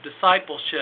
discipleship